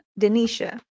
Denisha